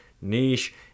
niche